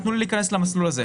תנו לי להיכנס למסלול הזה.